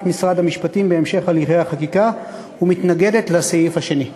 משרד המשפטים בהמשך הליכי החקיקה ומתנגדת לסעיף השני.